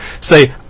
say